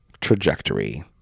trajectory